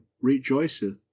rejoiceth